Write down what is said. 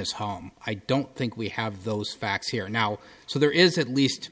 his home i don't think we have those facts here now so there is at least